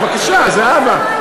בבקשה, זהבה.